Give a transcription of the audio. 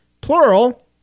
plural